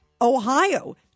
Ohio